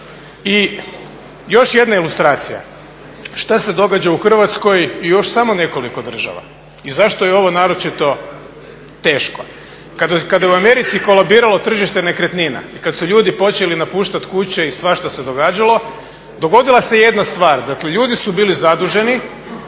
I još jedna ilustracija, šta se događa u Hrvatskoj i još samo nekoliko država i zašto je ovo naročito teško. Kada je u Americi kolabiralo tržište nekretnina i kada su ljudi počeli napuštati kuće i svašta se događalo, dogodila se jedna stvar, dakle ljudi su bili zaduženi